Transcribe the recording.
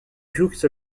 jouxte